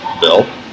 Bill